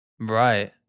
Right